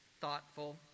thoughtful